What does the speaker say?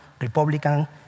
Republican